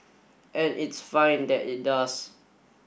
and it's fine that it does